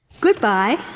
Goodbye